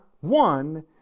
one